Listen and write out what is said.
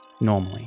normally